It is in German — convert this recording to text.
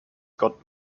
gott